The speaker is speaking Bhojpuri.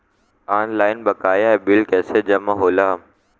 ऑनलाइन बकाया बिल कैसे जमा होला?